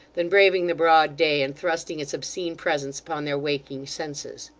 than braving the broad day, and thrusting its obscene presence upon their waking senses.